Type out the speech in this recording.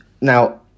now